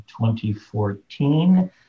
2014